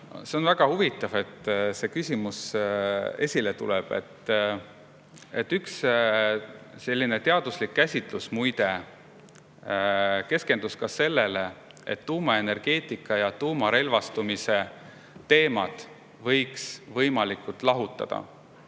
See on väga huvitav, et see küsimus esile tuleb. Üks teaduslik käsitlus keskendus muide ka sellele, et tuumaenergeetika ja tuumarelvastumise teemad võiks võimalikult [palju